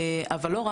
אבל לא רק,